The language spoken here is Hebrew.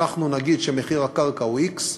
אנחנו נגיד שמחיר הקרקע הוא x,